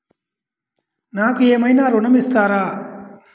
నాకు ఏమైనా ఋణం ఇస్తారా?